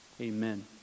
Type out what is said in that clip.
Amen